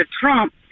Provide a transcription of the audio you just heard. Trump